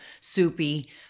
soupy